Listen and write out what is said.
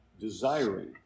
desiring